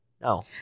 no